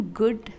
good